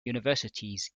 universities